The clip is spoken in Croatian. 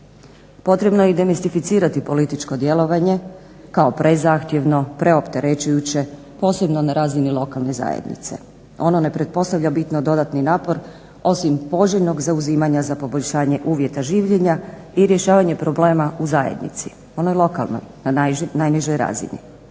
Potrebno je i demistificirati političko djelovanje kao prezahtjevno, preopterećujuće posebno na razini lokalne zajednice. Ono ne pretpostavlja bitno dodatni napor osim poželjnog zauzimanja za poboljšanje uvjeta življenja i rješavanje problema u zajednici, onoj lokalnoj na najnižoj razini.